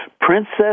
Princess